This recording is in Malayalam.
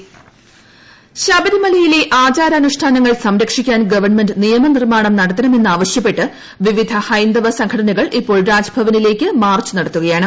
മാർച്ച് ശബരിമല ശബരിമലയിലെ ആച്ചാരാനുഷ്ടാനങ്ങൾ സംരക്ഷിക്കാൻ ഗവൺമെന്റ് നിയമന്ദ്രിർമാണം നടത്തണമെന്ന് ആവശ്യപ്പെട്ട് വിവിധ ഹൈന്ദവ സംഘടനകൾ ഇപ്പോൾ രാജ്ഭവനിലേക്ക് മാർച്ച് നടത്തുകയാണ്